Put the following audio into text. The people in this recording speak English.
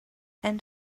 and